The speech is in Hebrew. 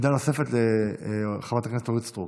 עמדה נוספת לחברת הכנסת אורית סטרוק.